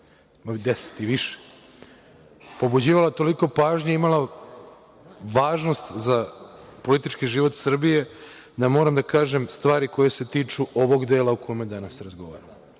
već 9, 10 i više, pobuđivala toliko pažnje i imala važnost za politički život Srbije da moram da kažem stvari koje se tiču ovog dela o kome danas razgovaramo.